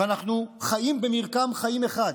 ואנחנו חיים במרקם חיים אחד.